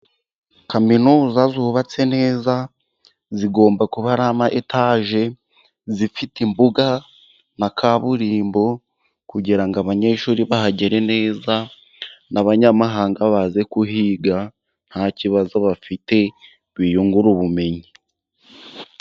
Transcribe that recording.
Kaminuza zubatse neza zigomba kuba ari ama etaje, zifite imbuga na kaburimbo kugira ngo abanyeshuri bahagere neza, n'abanyamahanga baze kuhiga nta kibazo bafite, biyungure ubumenyi.